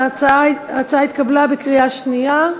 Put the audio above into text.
ההצעה התקבלה בקריאה שנייה,